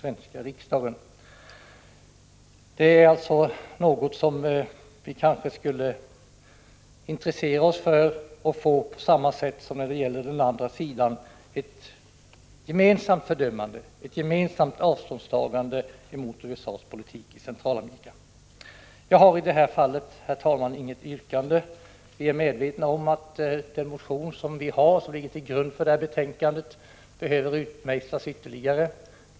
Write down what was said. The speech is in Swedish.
Vi borde kanske intressera oss för — som när det gäller den andra sidan — ett gemensamt fördömande av och avståndstagande från USA:s politik i Centralamerika. Herr talman! Jag har i det här fallet inget yrkande. Vi är medvetna om att vår motion, som ligger till grund för betänkandet, behöver utmejslas ytterligare.